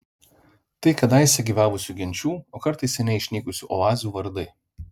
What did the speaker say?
tai kadaise gyvavusių genčių o kartais seniai išnykusių oazių vardai